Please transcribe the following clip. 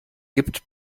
gibt